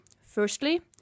Firstly